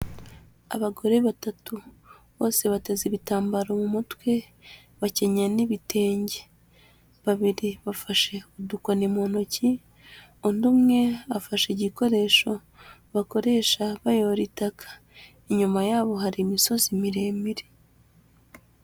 Abagore batatu bose bateze ibitambaro mu mutwe bakenyeye n'ibitenge, babiri bafashe udukoni mu ntoki, undi umwe afashe igikoresho bakoresha bayora itaka, inyuma yabo hari imisozi miremire.